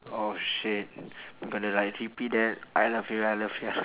oh shit I'm gonna like repeat that I love you I love you I